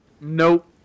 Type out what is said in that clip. Nope